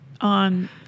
on